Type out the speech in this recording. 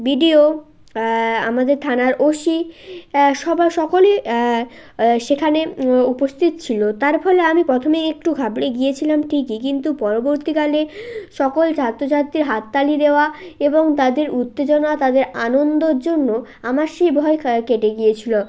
BDO আমাদের থানার OC সবা সকলেই সেখানে উপস্থিত ছিলো তার ফলে আমি প্রথমেই একটু ঘাবড়ে গিয়েছিলাম ঠিকই কিন্তু পরবর্তীকালে সকল ছাত্রছাত্রীর হাততালি দেওয়া এবং তাদের উত্তেজনা তাদের আনন্দর জন্য আমার সেই ভয় ক কেটে গিয়েছিলো